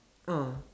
ah